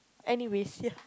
any race here